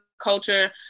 culture